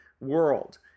world